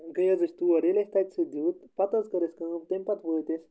گٔے حظ أسۍ تور ییٚلہِ اَسہِ تَتہِ سُہ دیُت پَتہٕ حظ کٔر اَسہِ کٲم تَمہِ پَتہٕ وٲتۍ أسۍ